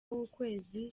w’ukwezi